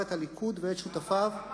את הליכוד ואת שותפיו לממשלה החדשה.